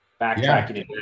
backtracking